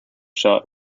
shot